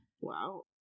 Wow